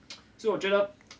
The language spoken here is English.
so 我觉得